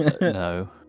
no